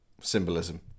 Symbolism